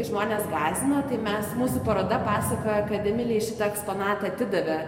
žmones gąsdino tai mes mūsų paroda pasakoja kad emilijai šitą eksponatą atidavė